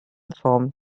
formed